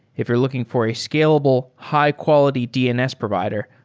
if you're looking for a scalable, high-quality dns provider,